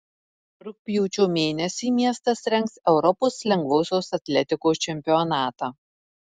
rugpjūčio mėnesį miestas rengs europos lengvosios atletikos čempionatą